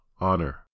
honor